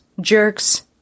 jerks